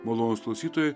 malonūs klausytojai